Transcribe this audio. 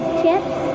chips